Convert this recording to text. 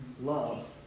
love